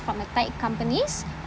from a tight companies